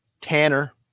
Tanner